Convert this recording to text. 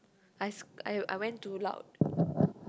I I went too loud